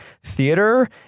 theater